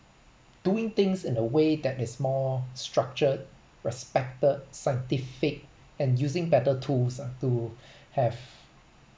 doing things in a way that is more structured respected scientific and using better tools ah to have